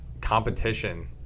competition